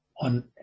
on